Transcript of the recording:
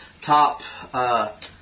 top